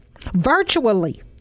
virtually